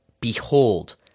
Behold